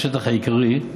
שטח עיקרי,